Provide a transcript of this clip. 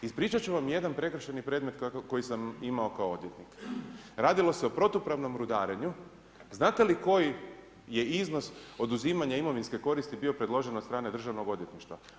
Ispričat ću vam jedan prekršajni predmet koji sam imao kao odvjetnik, radilo se o protupravnom rudarenju, znate li koji je iznos oduzimanja imovinske koristi bio predložen od strane državnog odvjetništva?